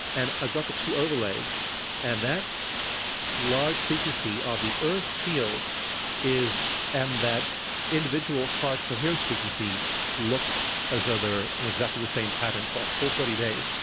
and i've got the two overlayed and that large frequency of the earth's field and that individual heart coherence frequency look as though they're in exactly the same pattern for a whole thirty days,